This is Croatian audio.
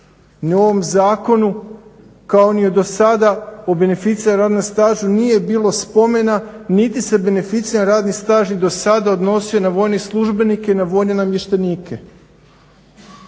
Ni u ovom zakonu, kao ni do sada o beneficiranom radnom stažu nije bilo spomena niti se beneficirani radni staž i do sada odnosio na vojne službenike i na vojne namještenike.